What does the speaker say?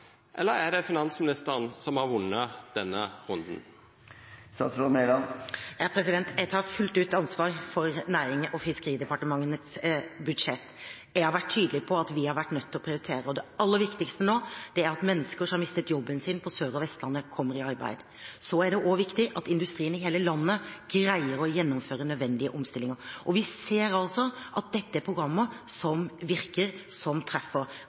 eller er det finansministeren som har vunne denne runden? Jeg tar fullt ut ansvar for Nærings- og fiskeridepartementets budsjett. Jeg har vært tydelig på at vi har vært nødt til å prioritere, og det aller viktigste nå er at mennesker som har mistet jobben sin på Sør- og Vestlandet, kommer i arbeid. Det er også viktig at industrien i hele landet greier å gjennomføre nødvendige omstillinger. Vi ser altså at dette er programmer som virker, som treffer